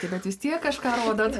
tai bet vis tiek kažką rodot